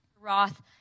Roth